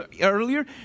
earlier